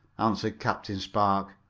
answered captain spark,